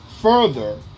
further